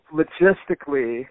logistically